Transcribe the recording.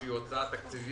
ללשכתי הגיעו תלונות, בקשות,